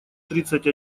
тридцать